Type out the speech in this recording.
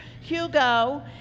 Hugo